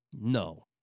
No